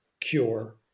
cure